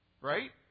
Right